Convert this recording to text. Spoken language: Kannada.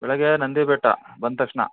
ಬೆಳಗ್ಗೆ ನಂದಿ ಬೆಟ್ಟ ಬಂದ ತಕ್ಷಣ